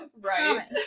right